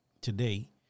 today